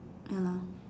ya lah